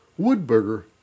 Woodburger